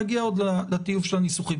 נגיע עוד לטיוב של הניסוחים.